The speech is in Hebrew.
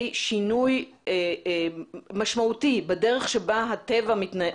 שינוי משמעותי בדרך שבה הטבע מתנהג,